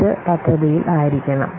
ഇത് പദ്ധതിയിൽ ആയിരിക്കണം